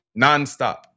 Nonstop